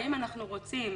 האם אנחנו רוצים